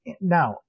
Now